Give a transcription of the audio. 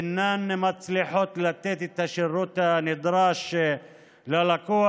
אינן מצליחות לתת את השירות הנדרש ללקוח.